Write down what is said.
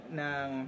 ng